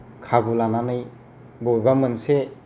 खाबु लानानै बबेबा मोनसे